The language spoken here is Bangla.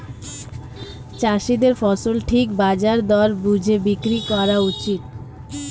চাষীদের ফসল ঠিক বাজার দর বুঝে বিক্রি করা উচিত